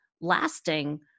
lasting